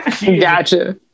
gotcha